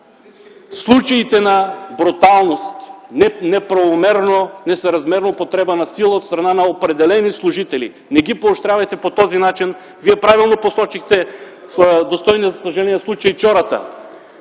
случаите на брутално, неправомерно, несъразмерна употреба на сила от страна на определени служители. Не ги поощрявайте по този начин. Вие правилно посочихте достойния за съжаление случай „Чората”.